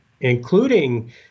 including